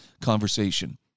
conversation